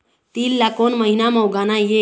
तील ला कोन महीना म उगाना ये?